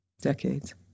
decades